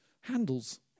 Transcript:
handles